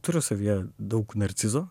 turiu savyje daug narcizo